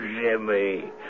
Jimmy